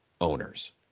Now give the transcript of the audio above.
owners